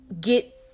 get